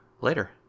later